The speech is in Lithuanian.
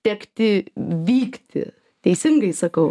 tekti vykti teisingai sakau